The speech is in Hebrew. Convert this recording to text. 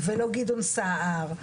ולא גדעון סער,